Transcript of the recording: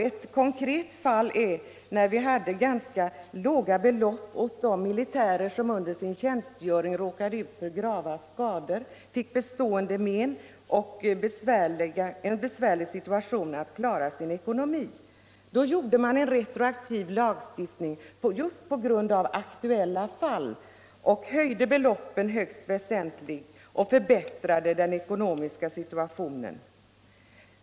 Ett konkret fall gäller de militärer som under sin tjänstgöring råkade ut för grava skador, fick bestående men och besvärligt att klara sin ekonomi och som till att börja med fick ganska små ersättningsbelopp. Då gjorde man en retroaktiv lagstift ning just på grund av aktuella fall. Man höjde beloppen högst väsentligt och förbättrade den ekonomiska situationen för den grupp som det då gällde.